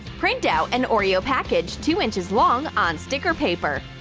print out an oreo package two inches long on sticker paper.